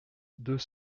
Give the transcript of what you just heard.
deux